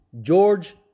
George